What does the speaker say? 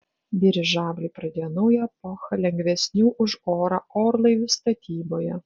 dirižabliai pradėjo naują epochą lengvesnių už orą orlaivių statyboje